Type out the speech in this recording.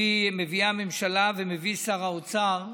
שמביאה הממשלה ומביא שר האוצר,